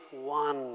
one